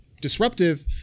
disruptive